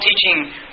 teaching